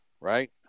right